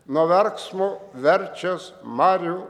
nuo verksmo verčias marių